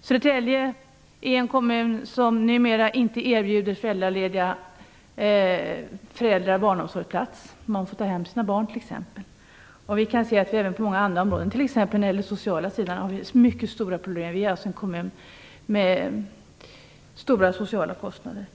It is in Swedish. Södertälje är en kommun som numera inte erbjuder barnomsorgsplatser till föräldralediga, utan de tvingas ha syskonen hemma. Vi kan se försämringar på många andra områden, t.ex. på den sociala sidan där vi har mycket stora problem. Södertälje är en kommun med mycket höga sociala kostnader.